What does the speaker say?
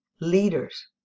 leaders